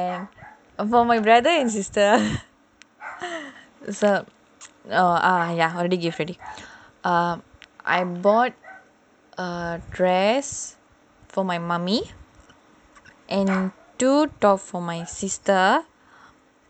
and for my brother and sister so err ya already give already ah I bought a dress for my mummy and two top for my sister